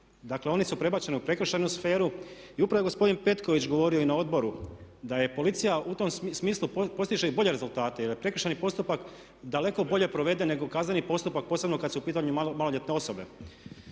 Dakle oni su prebačeni u prekršajnu sferu i upravo je gospodin Petković govorio i na odboru da je policija u tom smislu postiže i bolje rezultate jer prekršajni postupak daleko bolje provede nego kazneni postupak posebno kad su u pitanju maloljetne osobe.